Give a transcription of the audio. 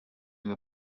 knew